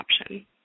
option